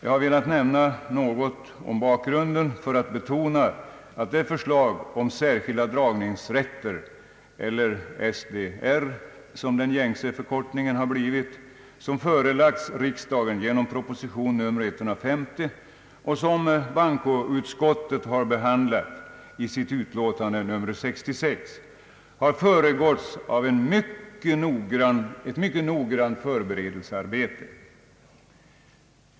Jag har velat nämna något om bakgrunden för att betona att det förslag om särskilda dragningsrätter — eller SDR som den gängse förkortningen har blivit — som förelagts riksdagen genom proposition nr 150 och som bankoutskottet har behandlat i sitt utlåtande nr 66 har föregåtts av ett mycket noggrant förberedelsearbete.